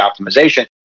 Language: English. optimization